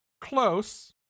Close